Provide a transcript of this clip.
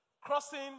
Crossing